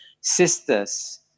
sisters